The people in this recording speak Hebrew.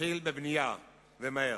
תתחיל בבנייה, ומהר.